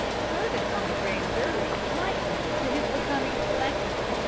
service on the grand jury might lead to his becoming selectman,